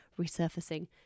resurfacing